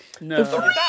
No